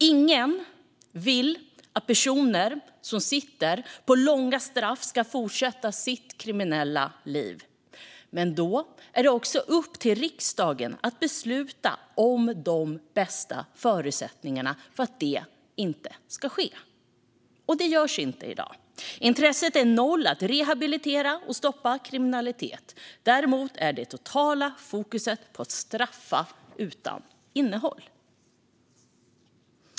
Ingen vill att personer som sitter av långa straff ska fortsätta sina kriminella liv. Men då är det också upp till riksdagen att besluta om de bästa förutsättningarna för att det inte ska ske. Det görs inte i dag. Intresset för att rehabilitera och stoppa kriminalitet är noll. Däremot är det ett totalt fokus på att straffa utan innehåll.